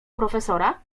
profesora